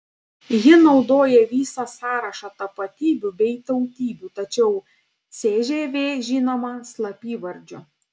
ji naudoja visą sąrašą tapatybių bei tautybių tačiau cžv žinoma slapyvardžiu